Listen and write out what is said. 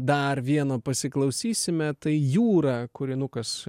dar vieno pasiklausysime tai jūra kūrynukas